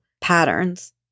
patterns